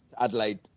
Adelaide